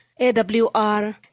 AWR